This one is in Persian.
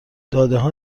دادهها